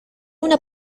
una